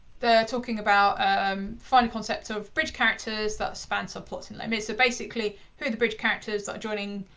they're talking about um finding concepts of bridge characters that span sub-plots in les mis'. so basically, who are the bridge characters that are joining.